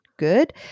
Good